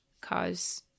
cause